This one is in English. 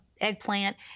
eggplant